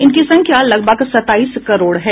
इनकी संख्या लगभग सत्ताईस करोड़ है